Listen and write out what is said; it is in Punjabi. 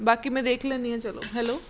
ਬਾਕੀ ਮੈਂ ਦੇਖ ਲੈਂਦੀ ਹਾਂ ਚਲੋ ਹੈਲੋ